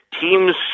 teams